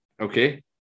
Okay